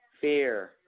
fear